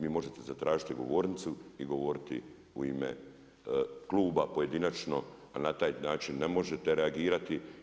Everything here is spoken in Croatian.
Vi možete zatražiti govornicu i govoriti u ime kluba, pojedinačno a na taj način ne možete reagirati.